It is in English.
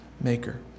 maker